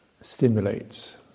stimulates